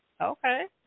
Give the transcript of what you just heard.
Okay